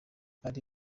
ari